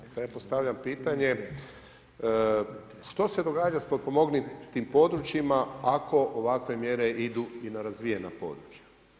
I sad ja postavljam pitanje što se događa sa potpomognutim područjima ako ovakve mjere idu i na razvijena područja.